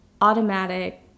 automatic